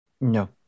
No